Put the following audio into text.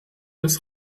des